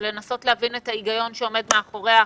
ולא תימכר מהדוכנים שום סחורה.